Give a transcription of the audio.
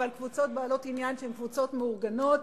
אבל קבוצות בעלות עניין שהן קבוצות מאורגנות.